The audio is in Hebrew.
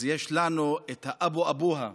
אז יש לנו את האבו אבוהה